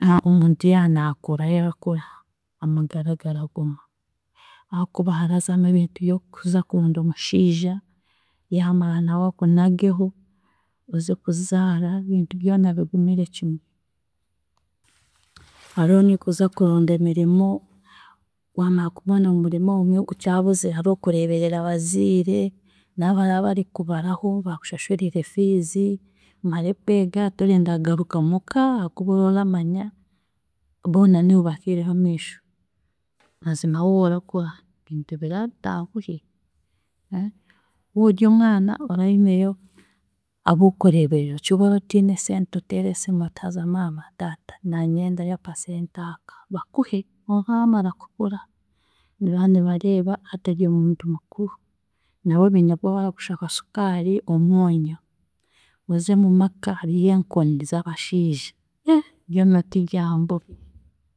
Omuntu yaanaakura yaakura, amagara garaguma ahaakuba harazamu ebintu by'okuza kuronda omushiija, yaamara nawe akunageho, oze kuzaara, ebintu byona bigumire kimwe. Hariho n'okuza kuronda emirimo waamara kubona omurimo obumwe gukyabuzire hariho okureeberera abaziire, nabo baraba barakubaraho baakushashurire fees, omare kwega torenda kugaruka mu ka ahaakuba oraba oramanya boona niiwe batiireho amiisho mazima woorakora, ebintu biraba bitanguhi, wooryo omwana oraba oineyo ab'okukureebeerera okiba otiine esente oteera esimu oti haza maama, taata naaniinyendayo aka sente aka bakuhe, konka waamara kukura, niba nibareeba hati ori omuntu muukuru nabo biine kuba barakushaba sukaari, omwonyo, oze omu maka hariyo enkoni z'abashiija byona tibyanguhi.